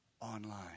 online